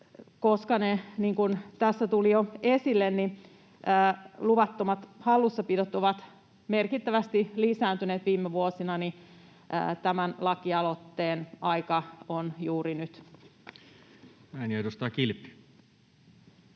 niin kuin tässä tuli jo esille, ovat merkittävästi lisääntyneet viime vuosina, tämän lakialoitteen aika on juuri nyt. Näin. — Ja edustaja Kilpi.